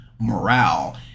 morale